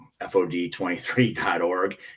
FOD23.org